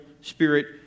spirit